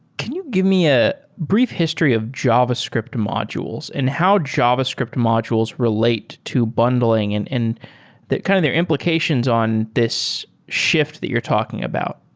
can you give me a brief history of javascript modules and how javascript modules relate to bundling and and kind of their implications on this shift that you're talking about